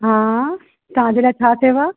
हा तव्हांजे लाइ छा सेवा